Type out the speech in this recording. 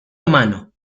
hermano